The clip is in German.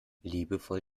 liebevoll